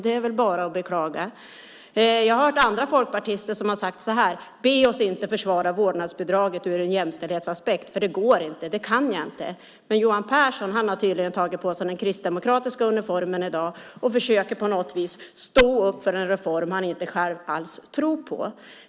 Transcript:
Det är väl bara att beklaga. Jag har hört andra folkpartister som har sagt så här: Be oss inte försvara vårdnadsbidraget ur en jämställdhetsaspekt, för det går inte! Det kan jag inte! Men Johan Pehrson har tydligen tagit på sig den kristdemokratiska uniformen i dag och försöker på något vis stå upp för en reform han själv inte alls tror på.